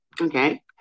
Okay